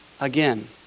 again